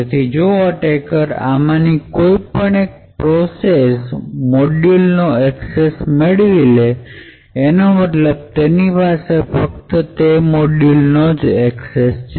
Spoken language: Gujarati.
તેથી જો એટેકર આમાંની કોઈ એક પ્રોસેસ મોડ્યુલ નો એક્સેસ મેળવી લે એનો મતલબ તેની પાસે ફક્ત તે મોડ્યુલનો જ એક્સેસ છે